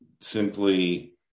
simply